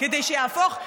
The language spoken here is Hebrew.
כדי שיהפוך,